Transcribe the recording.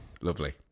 Lovely